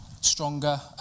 stronger